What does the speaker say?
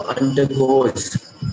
undergoes